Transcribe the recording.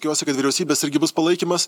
tikiuosi kad vyriausybės irgi bus palaikymas